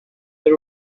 the